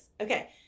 okay